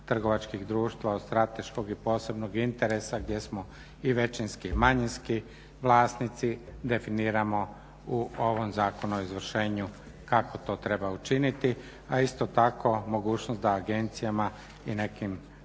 trgovačkih društava od strateškog i posebnog interesa gdje smo i većinski i manjinski vlasnici, definiramo u ovom Zakonu o izvršenju kako to treba učiniti, a isto tako mogućnost da agencijama i nekim